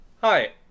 Hi